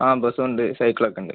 ആ ബസ്സൊണ്ട് സൈക്കിളൊക്കെ ഉണ്ട്